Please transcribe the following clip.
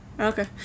Okay